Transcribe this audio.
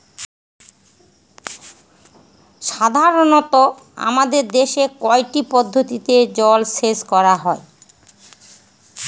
সাধারনত আমাদের দেশে কয়টি পদ্ধতিতে জলসেচ করা হয়?